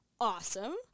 awesome